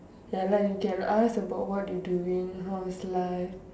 ya lah you can ask about what you doing how is life